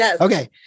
okay